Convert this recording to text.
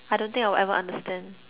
I don't think I will ever understand